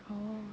orh